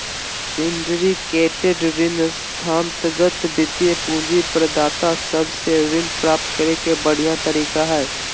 syndicated ऋण संस्थागत वित्तीय पूंजी प्रदाता सब से ऋण प्राप्त करे के बढ़िया तरीका हय